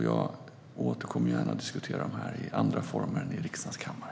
Jag återkommer gärna och diskuterar detta i andra former än i riksdagens kammare.